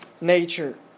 nature